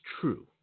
true